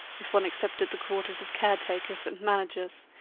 if one excepted the quarters of caretakers and managers,